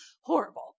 horrible